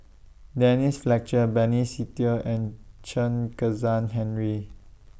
Denise Fletcher Benny Se Teo and Chen Kezhan Henri